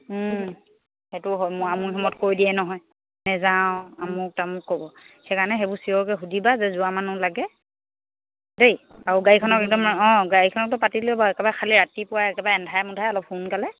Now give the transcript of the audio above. সেইটো হয় মূৰামুৰি সময়ত কৈ দিয়ে নহয় নাযাওঁ আমুক তামুক ক'ব সেইকাৰণে সেইবোৰ চিয়'ৰকৈ সুধিবা যে যোৱা মানুহ লাগে দেই আৰু গাড়ীখনক একদম অঁ গাড়ীখনৰতো পাতিলোৱে বাৰু একেবাৰে খালি ৰাতিপুৱা একেবাৰে আন্ধাৰে মোন্ধাৰে অলপ সোনকালে